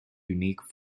unique